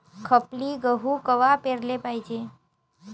खपली गहू कवा पेराले पायजे?